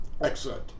Excellent